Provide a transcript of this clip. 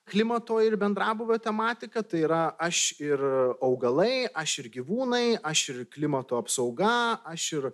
klimato ir bendrabūvio tematika tai yra aš ir augalai aš ir gyvūnai aš ir klimato apsauga aš ir